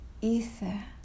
ether